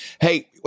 Hey